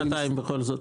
אולי שנתיים בכל זאת?